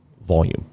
volume